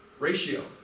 Ratio